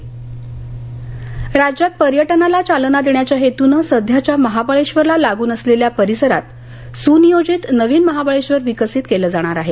महावळेश्वर राज्यात पर्यटनाला चालना देण्याच्या हेतूनं सध्याच्या महाबळेश्वरला लागून असलेल्या परिसरात सुनियोजित नवीन महाबळेश्वर विकसित केलं जाणार आहे